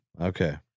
Okay